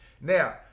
now